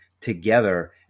together